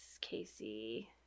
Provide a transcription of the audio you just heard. Casey